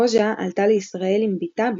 רוז'ה עלתה לישראל עם בתה,